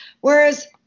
whereas